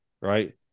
right